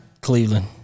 Cleveland